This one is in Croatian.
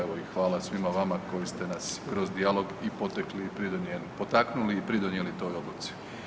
Evo i hvala svima vama koji ste nas kroz dijalog i potekli i pridonijeli, potaknuli i pridonijeli toj odluci.